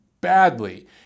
badly